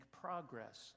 progress